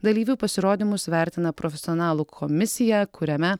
dalyvių pasirodymus vertina profesionalų komisija kuriame